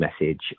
message